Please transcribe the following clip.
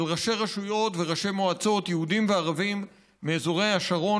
של ראשי רשויות וראשי מועצות יהודים וערבים מאזורי השרון,